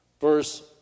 verse